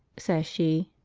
says she.